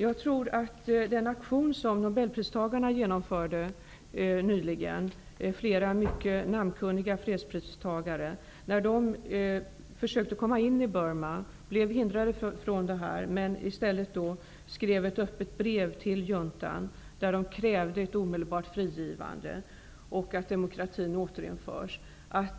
Jag tror att den aktion som nobelpristagarna -- flera mycket namnkunniga fredspristagare -- genomförde nyligen när de blev hindrade från att komma in i Burma och i stället skrev ett öppet brev till juntan, där de krävde ett omedelbart frigivande och att demokratin återinförs, är